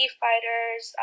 fighters